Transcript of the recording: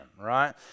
right